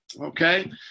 okay